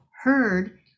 heard